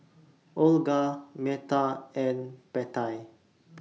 Olga Metta and Pattie